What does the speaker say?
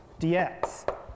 dx